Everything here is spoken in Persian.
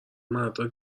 مردا